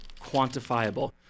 quantifiable